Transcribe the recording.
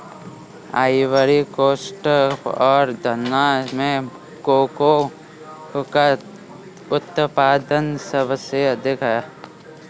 Ivory coast और घना में कोको का उत्पादन सबसे अधिक है